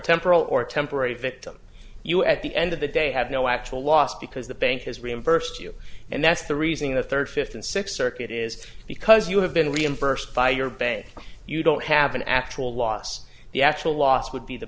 temporal or temporary victim you at the end of the day have no actual loss because the bank has reimbursed you and that's the reason the third fifth and sixth circuit is because you have been reimbursed by your bank you don't have an actual loss the actual loss would be the